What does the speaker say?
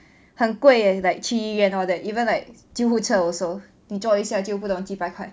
很贵 as in like 去医院 hor that even like 救护车 also 你叫一下就不懂几百块